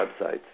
websites